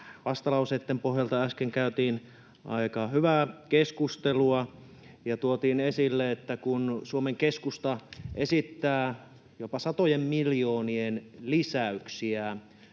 vastalauseitten pohjalta äsken käytiin aika hyvää keskustelua ja tuotiin esille, että Suomen Keskusta esittää jopa satojen miljoonien lisäyksiä,